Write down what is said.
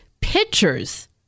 pictures